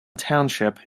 township